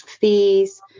fees